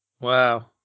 Wow